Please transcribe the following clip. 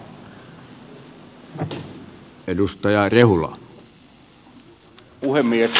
arvoisa herra puhemies